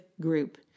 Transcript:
group